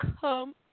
come